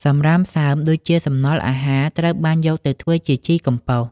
សំរាមសើមដូចជាសំណល់អាហារត្រូវបានយកទៅធ្វើជាជីកំប៉ុស។